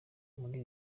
muri